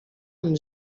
amb